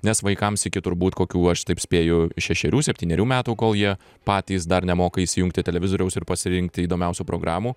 nes vaikams iki turbūt kokių aš taip spėju šešerių septynerių metų kol jie patys dar nemoka įsijungti televizoriaus ir pasirinkti įdomiausių programų